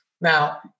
Now